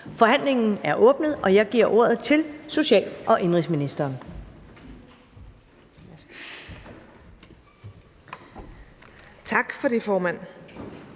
Forhandlingen er åbnet, og jeg giver ordet til social- og indenrigsministeren.